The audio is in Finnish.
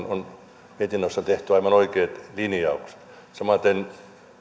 on tehty aivan oikeat linjaukset samaten